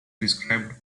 described